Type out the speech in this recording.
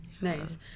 nice